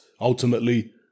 ultimately